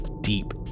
deep